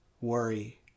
worry